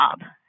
job